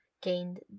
gained